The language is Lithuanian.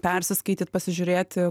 persiskaityt pasižiūrėti